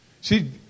See